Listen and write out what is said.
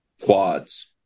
quads